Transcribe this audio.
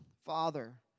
Father